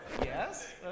Yes